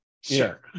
Sure